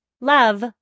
Love